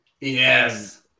Yes